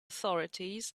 authorities